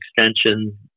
extension